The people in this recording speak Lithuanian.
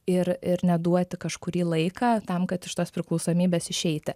ir ir neduoti kažkurį laiką tam kad iš tos priklausomybės išeiti